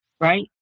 right